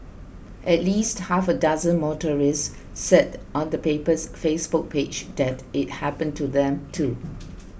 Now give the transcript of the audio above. at least half a dozen motorists said on the paper's Facebook page that it happened to them too